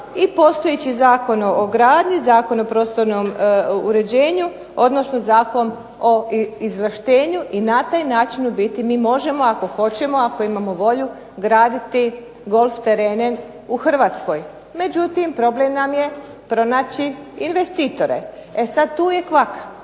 i postojeći Zakon o gradnji, Zakon o prostornom uređenju, odnosno Zakon o izvlaštenju. I na taj način mi možemo ako hoćemo ako imamo volju graditi golf terene u Hrvatskoj. Međutim, problem nam je pronaći investitore. E sada tu je kvaka.